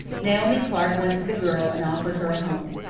naomi clark went to the girl and offered her a home.